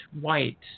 white